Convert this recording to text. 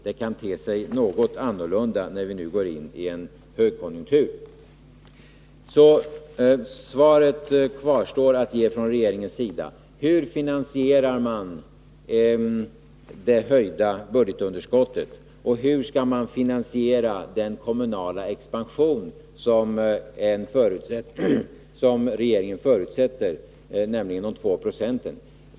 Det kan te sig något annorlunda när vi nu går in i en högkonjunktur. Det kvarstår att från regeringens sida svara på hur man skall finansiera det höjda budgetunderskottet och hur man skall finansiera den kommunala expansion som regeringen förutsätter, nämligen med 2 90.